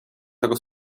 tego